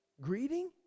Greeting